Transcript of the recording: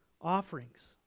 offerings